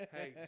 Hey